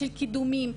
של קידומים.